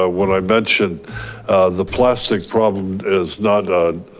ah what i mentioned the plastic problem is not a